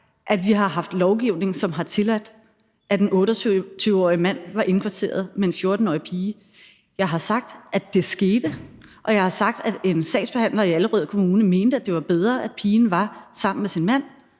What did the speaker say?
at vi har haft en lovgivning, som har tilladt, at en 28-årig mand var indkvarteret med en 14-årig pige. Jeg har sagt, at det skete, og jeg har sagt, at en sagsbehandler i Allerød Kommune mente, at det var bedre, at pigen var sammen med sin mand.